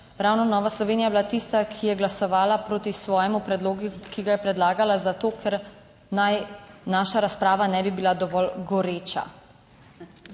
ravno Nova Slovenija je bila tista, ki je glasovala proti svojemu predlogu, ki ga je predlagala zato, ker naj naša razprava ne bi bila dovolj goreča,